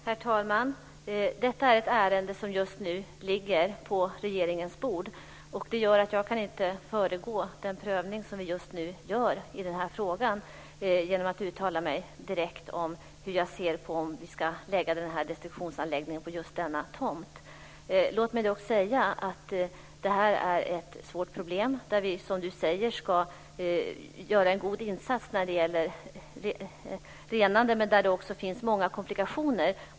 Herr talman! Detta är ett ärende som just nu ligger på regeringens bord. Jag kan inte föregå den prövning av frågan som vi just nu gör genom att uttala mig direkt om huruvida vi ska lägga den här destruktionsanläggningen på just denna tomt. Låt mig dock säga att det här är ett svårt problem. Som Karin Svensson Smith säger ska vi göra en god insats när det gäller renande, men det finns också många komplikationer.